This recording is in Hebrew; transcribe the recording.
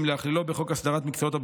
אם להכלילו בחוק הסדרת מקצועות הבריאות,